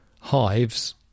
hives